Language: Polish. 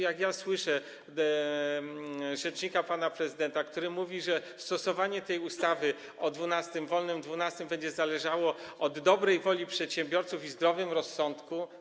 Jak ja słyszę rzecznika pana prezydenta, który mówi, że stosowanie tej ustawy o wolnym dwunastego będzie zależało od dobrej woli przedsiębiorców, i mówi o zdrowym rozsądku.